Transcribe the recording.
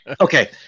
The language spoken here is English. Okay